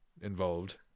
involved